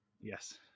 Yes